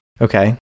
Okay